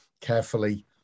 carefully